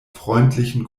freundlichen